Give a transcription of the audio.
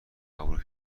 قبول